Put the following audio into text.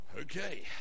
Okay